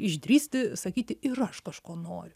išdrįsti sakyti ir aš kažko noriu